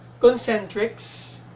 concentrix,